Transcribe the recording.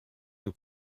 nous